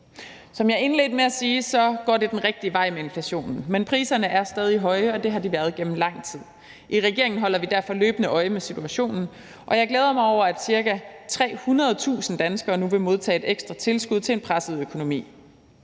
Som jeg indledte med at sige, går det den rigtige vej med inflationen, men priserne er stadig høje, og det har de været gennem lang tid. I regeringen holder vi derfor løbende øje med situationen, og jeg glæder mig over, at ca. 300.000 danskere nu vil modtage et ekstra tilskud til en presset økonomi.